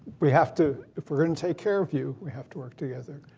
we have to if we're going take care of you, we have to work together.